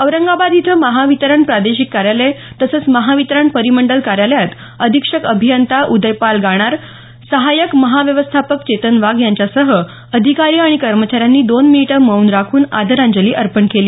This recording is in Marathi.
औरंगाबाद इथं महावितरण प्रादेशिक कार्यालय तसंच महावितरण परिमंडल कार्यालयात अधिक्षक अभियंता उदयपाल गाणार सहायक महाव्यवस्थापक चेतन वाघ यांच्यासह अधिकारी आणि कर्मचाऱ्यांनी दोन मिनिटं मौन राखून आदरांजली अर्पण केली